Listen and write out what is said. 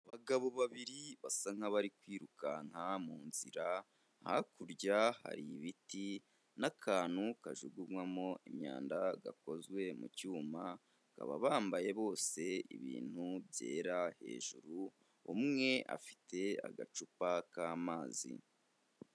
Abagabo babiri basa nkabari kwirukanka mu nzirara, hakurya hari ibiti n'akantu kajugunywamo imyanda gakozwe mu cyuma bakaba bambaye bose ibintu byera hejuru umwe afite agacupa k'amazi.